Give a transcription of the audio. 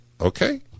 Okay